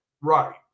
Right